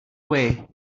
way